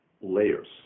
layers